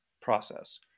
process